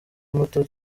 muto